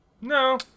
No